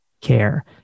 care